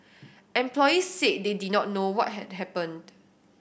employees said they did not know what had happened